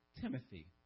Timothy